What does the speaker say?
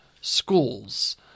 schools